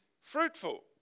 fruitful